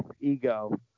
ego